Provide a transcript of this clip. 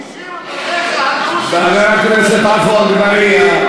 הדרוזית, חבר הכנסת עפו אגבאריה.